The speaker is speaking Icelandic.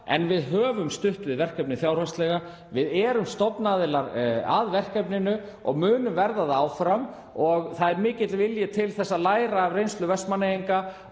En við höfum stutt við verkefnið fjárhagslega. Við erum stofnaðilar að verkefninu og munum vera það áfram. Það er mikill vilji til að læra af reynslu Vestmannaeyinga